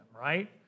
right